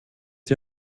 die